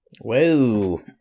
whoa